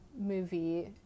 movie